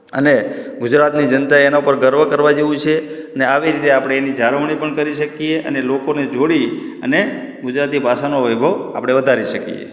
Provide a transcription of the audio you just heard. અને ગુજરાતી જનતા એના પર ગર્વ કરવા જેવું છે અને આવી રીતે આપણે એની જાળવણી પણ કરી શકીએ અને લોકોને જોડી અને ગુજરાતી ભાષાનો વૈભવ આપણે વધારી શકીએ